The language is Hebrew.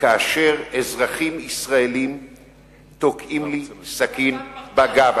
כאשר אזרחים ישראלים תוקעים לי סכין בגב.